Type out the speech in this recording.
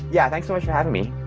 yeah, thanks so much for having me.